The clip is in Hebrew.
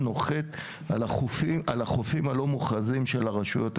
נוחת על החופים הלא מוכרזים של הרשויות המקומיות.